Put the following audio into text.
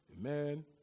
Amen